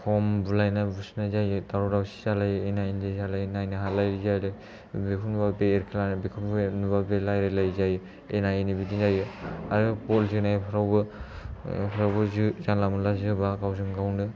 खम बुलायनाय बुसिनाय जायो दावराव दावसि जालायो एना एनि जालायो नायनो हालायि जायो आरो बेखौ नुबा बे एरखेलायनाय बेखौ बुबा बे रायलायलायि जायो एना एनि बिदि जायो आरो बल जोनायफ्रावबो जानला मानला जोबा गावजों गावनो